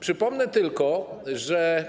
Przypomnę tylko, że